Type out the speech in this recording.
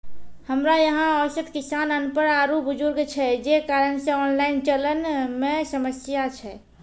हमरा यहाँ औसत किसान अनपढ़ आरु बुजुर्ग छै जे कारण से ऑनलाइन चलन मे समस्या छै?